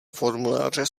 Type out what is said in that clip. formuláře